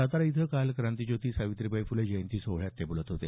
सातारा इथं काल क्रांतिज्योती सावित्रीबाई फुले जयंती सोहळ्यात ते बोलत होते